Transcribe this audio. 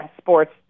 sports